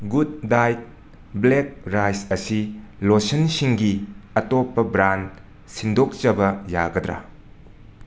good diet black rice ꯑꯁꯤ ꯂꯣꯁꯟꯁꯤꯡꯒꯤ ꯑꯇꯣꯞꯄ ꯕ꯭ꯔꯥꯟ ꯁꯤꯟꯗꯣꯛꯆꯕ ꯌꯥꯒꯗꯔ